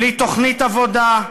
בלי תוכנית עבודה,